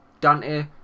Dante